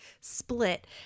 split